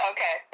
Okay